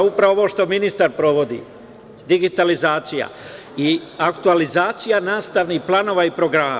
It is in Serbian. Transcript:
Upravo ovo što ministar provodi, digitalizacija i aktualizacija nastavnih planova i programa.